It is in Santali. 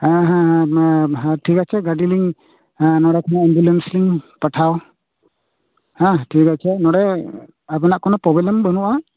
ᱦᱮᱸ ᱦᱮᱸ ᱦᱮᱸ ᱦᱮᱸ ᱦᱮᱸ ᱴᱷᱤᱠᱟᱪᱷᱮ ᱜᱟᱹᱰᱤᱞᱤᱝ ᱦᱮᱸ ᱱᱚᱰᱮ ᱠᱷᱚᱱᱟ ᱮᱢᱵᱩᱞᱮᱱᱥᱞᱤᱝ ᱯᱟᱴᱷᱟᱣ ᱦᱮᱸ ᱴᱷᱤᱠ ᱟᱪᱷᱮ ᱱᱚᱰᱮ ᱟᱵᱤᱱᱟᱜ ᱠᱳᱱᱳ ᱯᱨᱳᱵᱞᱮᱢ ᱵᱟᱹᱱᱩᱜᱼᱟ